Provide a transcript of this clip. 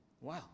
Wow